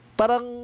parang